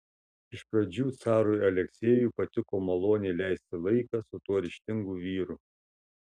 iš pradžių carui aleksejui patiko maloniai leisti laiką su tuo ryžtingu vyru